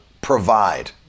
provide